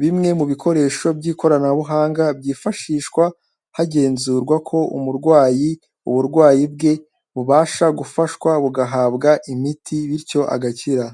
bimwe mu bikoresho by'ikoranabuhanga, byifashishwa hagenzurwa ko umurwayi uburwayi bwe bubasha gufashwa bugahabwa imiti bityo agakira.